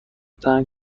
تنگ